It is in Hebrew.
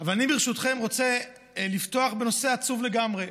אבל אני, ברשותכם, רוצה לפתוח בנושא עצוב לגמרי,